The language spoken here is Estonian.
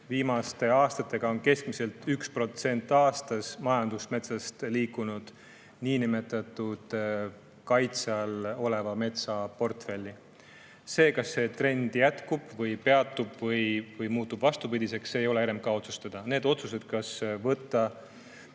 viimaste aastatega on keskmiselt 1% aastas majandusmetsast liikunud kaitse all oleva metsa niinimetatud portfelli. See, kas see trend jätkub või peatub või muutub vastupidiseks, ei ole RMK otsustada. Need otsused, kas võtta